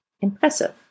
impressive